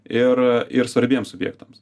ir ir svarbiems objektams